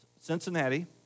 Cincinnati